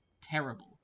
terrible